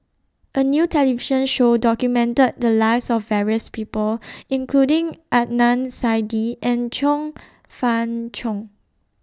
A New television Show documented The Lives of various People including Adnan Saidi and Chong Fah Cheong